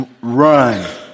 run